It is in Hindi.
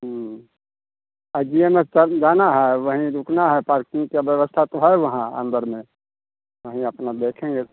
जीमस सन जाना है वहीं रुकना है पार्किंग के व्यवस्था तो है वहाँ अंदर में वहीं अपना देखेंगे